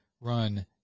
run